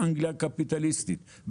באנגליה הקפיטליסטית,